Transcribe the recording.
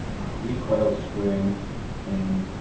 recoil spring in,